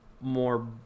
more